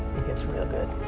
it gets real good.